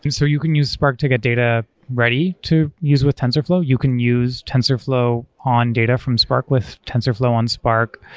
so you can use spark to get data ready to use with tensorflow. you can use tensorflow on data from spark with tensorflow on spark,